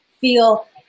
feel